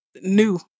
new